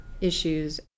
issues